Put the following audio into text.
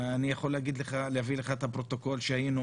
אני יכול להביא לך את הפרוטוקול שהיינו